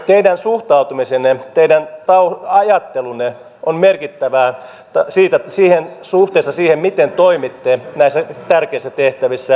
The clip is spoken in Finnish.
teidän suhtautumisenne teidän ajattelunne on merkittävää suhteessa siihen miten toimitte näissä tärkeissä tehtävissä